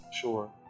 Sure